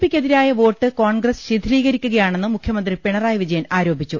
P ക്കെതിരായ vote Congress ശിഥിലീകരിക്കു കയാണെന്ന് മുഖ്യമന്ത്രി പിണറായി വിജയൻ ആരോപിച്ചു